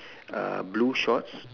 uh blue shorts